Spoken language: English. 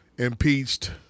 impeached